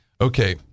Okay